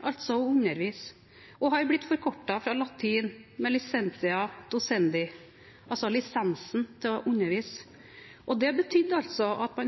altså at man